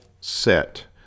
set